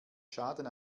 schaden